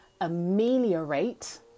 ameliorate